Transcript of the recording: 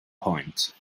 point